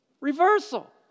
reversal